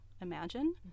imagine